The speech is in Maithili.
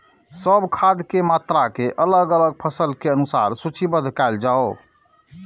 सब खाद के मात्रा के अलग अलग फसल के अनुसार सूचीबद्ध कायल जाओ?